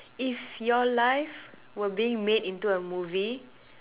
if your life were being made into a movie